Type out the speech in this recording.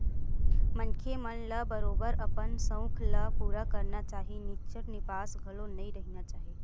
मनखे मन ल बरोबर अपन सउख ल पुरा करना चाही निच्चट चिपास घलो नइ रहिना चाही